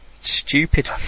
Stupid